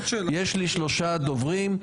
יש לי שלושה דוברים.